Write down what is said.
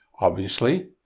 obviously,